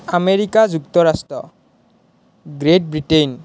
America যুক্তৰাষ্ট্ৰ great Britain